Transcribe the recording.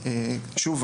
שוב,